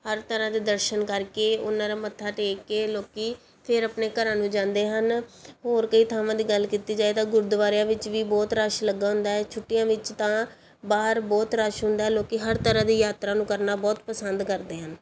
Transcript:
ਹਰ ਤਰ੍ਹਾਂ ਦੇ ਦਰਸ਼ਨ ਕਰਕੇ ਉਹਨਾਂ ਦਾ ਮੱਥਾ ਟੇਕ ਕੇ ਲੋਕ ਫਿਰ ਆਪਣੇ ਘਰਾਂ ਨੂੰ ਜਾਂਦੇ ਹਨ ਹੋਰ ਕਈ ਥਾਵਾਂ ਦੀ ਗੱਲ ਕੀਤੀ ਜਾਵੇ ਤਾਂ ਗੁਰਦੁਆਰਿਆਂ ਵਿੱਚ ਵੀ ਬਹੁਤ ਰਸ਼ ਲੱਗਿਆ ਹੁੰਦਾ ਛੁੱਟੀਆਂ ਵਿੱਚ ਤਾਂ ਬਾਹਰ ਬਹੁਤ ਰਸ਼ ਹੁੰਦਾ ਲੋਕ ਹਰ ਤਰ੍ਹਾਂ ਦੀ ਯਾਤਰਾ ਨੂੰ ਕਰਨਾ ਬਹੁਤ ਪਸੰਦ ਕਰਦੇ ਹਨ